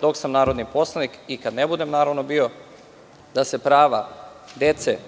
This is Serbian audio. dok sam narodni poslanik, i kada ne budem, naravno, bio, da se prava dece,